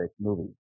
movies